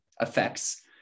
effects